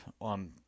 on